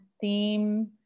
theme